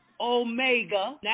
Omega